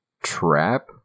trap